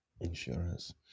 Insurance